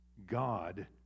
God